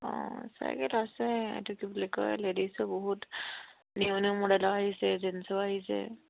অঁ চাইকেল আহিছে এইটোটো বুলি কয় লেডিছো বহুত নিউ নিউ মডেলৰ আহিছে জেনছো আহিছে